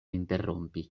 interrompi